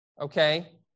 okay